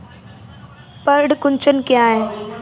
पर्ण कुंचन क्या है?